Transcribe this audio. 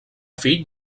fill